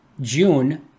June